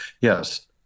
yes